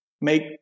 make